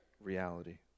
reality